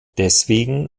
deswegen